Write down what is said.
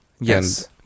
yes